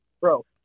bro